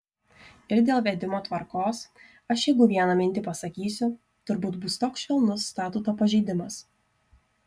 ir dėl vedimo tvarkos aš jeigu vieną mintį pasakysiu turbūt bus toks švelnus statuto pažeidimas